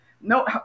No